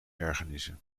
ergernissen